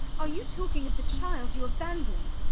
are you talking of the child you abandoned?